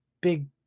big